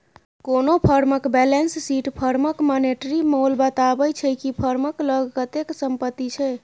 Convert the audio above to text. कोनो फर्मक balance sheet फर्मक मानेटिरी मोल बताबै छै कि फर्मक लग कतेक संपत्ति छै